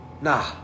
Nah